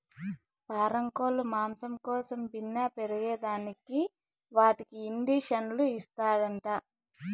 పారం కోల్లు మాంసం కోసం బిన్నే పెరగేదానికి వాటికి ఇండీసన్లు ఇస్తారంట